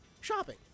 Shopping